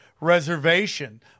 reservation